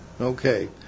okay